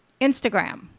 Instagram